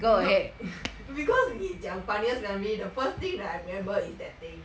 you not because 你讲 funniest memory the first thing that I remember is that thing